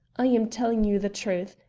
i am telling you the truth.